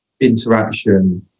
interaction